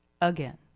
again